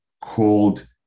called